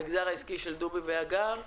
נשיאות המגזר העסקי של דובי אמיתי והגר יהב,